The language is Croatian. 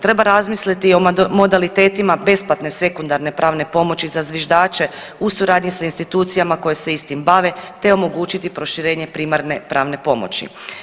Treba razmisliti i o modalitetima besplatne sekundarne pravne pomoći za zviždače u suradnji sa institucijama koje se istim bave, te omogućiti proširenje primarne pravne pomoći.